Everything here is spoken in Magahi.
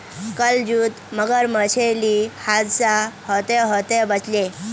कल जूत मगरमच्छेर ली हादसा ह त ह त बच ले